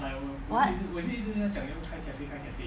what